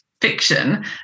fiction